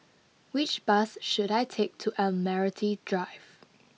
which bus should I take to Admiralty Drive